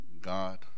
God